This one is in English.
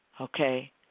okay